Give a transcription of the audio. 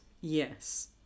Yes